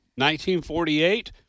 1948